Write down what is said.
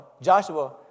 Joshua